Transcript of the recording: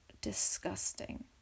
disgusting